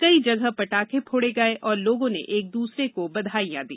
कई जगह पटाखे फोड़े गये और लागों ने एक दूसरे को बधाईयां दी